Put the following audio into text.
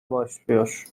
başlıyor